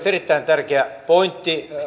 erittäin tärkeä pointti